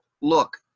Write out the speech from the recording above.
look